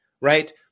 right